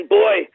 boy